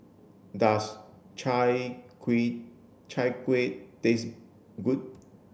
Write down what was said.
does chai kuih chai kuih taste good